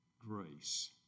grace